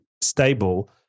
stable